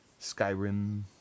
Skyrim